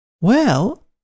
Well